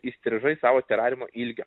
įstrižai savo terariumo ilgio